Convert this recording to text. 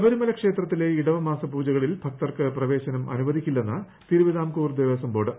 ശബരിമല ശബരിമല ക്ഷേത്രത്തിലെ ഇടവമാസ പൂജകളിൽ ഭക്തർക്ക് പ്രവേശനം അനുവദിക്കില്ലെന്ന് തിരുവിതാംകൂർ ദേവസ്വം ബോർഡ്